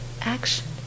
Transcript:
action